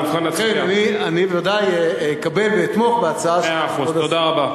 אני בוודאי אקבל ואתמוך בהצעה של כבוד השר.